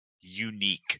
unique